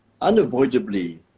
unavoidably